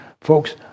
Folks